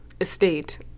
estate